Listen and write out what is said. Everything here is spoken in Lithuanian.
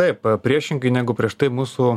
taip priešingai negu prieš tai mūsų